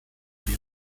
für